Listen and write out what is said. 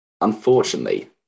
unfortunately